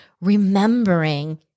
remembering